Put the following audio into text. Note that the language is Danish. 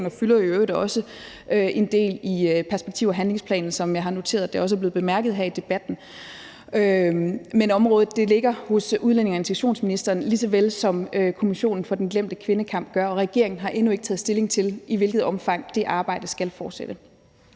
det fylder i øvrigt også en del i perspektiv- og handlingsplanen, som jeg også har noteret mig er blevet bemærket her i debatten. Men området ligger hos udlændinge- og integrationsministeren, lige såvel som Kommissionen for den glemte kvindekamp også gør det, og regeringen har endnu ikke taget stilling til, i hvilket omfang det arbejde skal fortsætte.